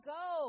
go